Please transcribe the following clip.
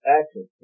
action